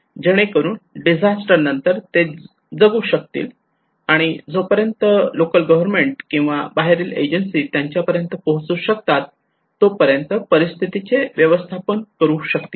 जेणेकरून डिझास्टर नंतर ते जगू शकतील आणि जोपर्यंत लोकल गव्हर्मेंट किंवा व बाहेरील एजन्सीज त्यांच्यापर्यंत पोहोचू शकतात तोपर्यंत परिस्थितीचे व्यवस्थापन करू शकतील